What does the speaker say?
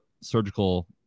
surgical